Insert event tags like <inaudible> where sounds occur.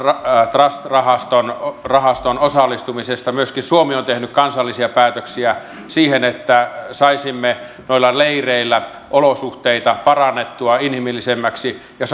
trust rahastoon rahastoon osallistumisesta myöskin suomi on tehnyt kansallisia päätöksiä siihen että saisimme noilla leireillä olosuhteita parannettua inhimillisemmiksi ja <unintelligible>